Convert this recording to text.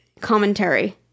commentary